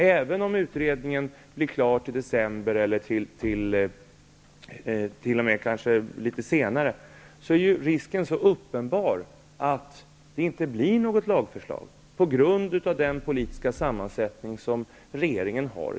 Även om utredningen blir klar till december eller kanske litet senare är risken uppenbar att det inte blir något lagförslag i denna fråga på grund av den politiska sammansättningen i regeringen.